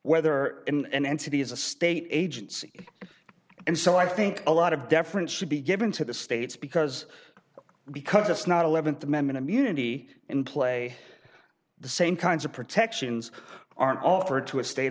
whether and entity is a state agency and so i think a lot of deference should be given to the states because because it's not eleventh amendment immunity in play the same kinds of protections aren't offered to a state